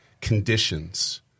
conditions